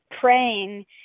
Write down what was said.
praying